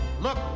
look